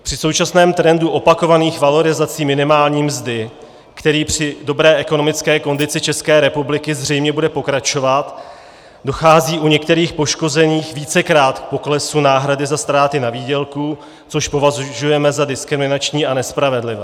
Při současném trendu opakovaných valorizací minimální mzdy, který při dobré ekonomické kondici České republiky zřejmě bude pokračovat, dochází u některých poškozených vícekrát k poklesu náhrady za ztráty na výdělku, což považujeme za diskriminační a nespravedlivé.